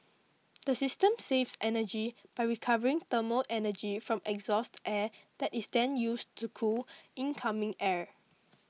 the system saves energy by recovering thermal energy from exhaust air that is then used to cool incoming air